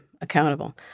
accountable